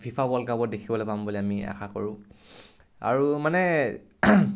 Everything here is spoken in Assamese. ফিফা ৱৰ্লড কাপত দেখিবলে পাম বুলি আমি আশা কৰোঁ আৰু মানে